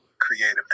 creative